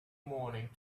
morning